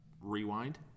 rewind